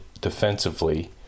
defensively